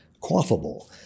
quaffable